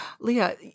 Leah